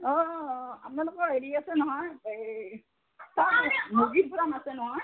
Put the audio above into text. অঁ আপোনালোকৰ হেৰি আছে নহয় এই মুৰ্গীৰ ফাৰ্ম আছে নহয়